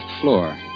floor